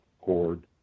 cord